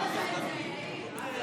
אף אחד לא לוקח לך את זה, יאיר.